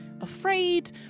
afraid